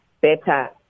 better